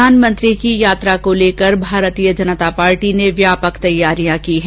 प्रधानमंत्री की यात्रा को लेकर भारतीय जनता पार्टी ने व्यापक तैयारियां की है